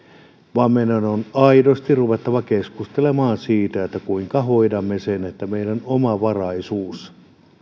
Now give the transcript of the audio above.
vaan meidän on aidosti ruvettava keskustelemaan siitä kuinka hoidamme sen että meidän omavaraisuutemme